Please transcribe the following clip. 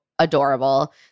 adorable